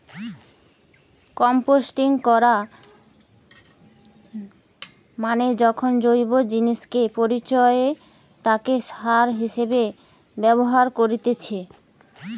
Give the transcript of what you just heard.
composting করা মানে যখন জৈব জিনিসকে পচিয়ে তাকে সার হিসেবে ব্যবহার করেতিছে